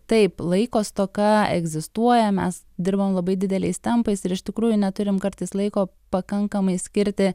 taip laiko stoka egzistuoja mes dirbam labai dideliais tempais ir iš tikrųjų neturim kartais laiko pakankamai skirti